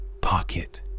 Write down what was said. Pocket